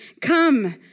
come